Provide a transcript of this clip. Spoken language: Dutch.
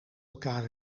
elkaar